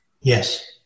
yes